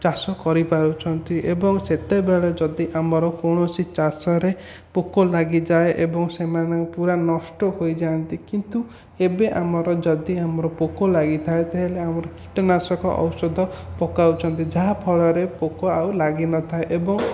ଚାଷ କରିପାରୁଛନ୍ତି ଏବଂ ସେତେବେଳେ ଯଦି ଆମର କୌଣସି ଚାଷରେ ପୋକ ଲାଗିଯାଏ ଏବଂ ସେମାନେ ପୁରା ନଷ୍ଟ ହୋଇଯାଆନ୍ତି କିନ୍ତୁ ଏବେ ଆମର ଯଦି ଆମର ପୋକ ଲାଗିଥାଏ ତା'ହେଲେ ଆମର କୀଟନାଶକ ଔଷଧ ପକାଉଛନ୍ତି ଯାହାଫଳରେ ପୋକ ଆଉ ଲାଗିନଥାଏ ଏବଂ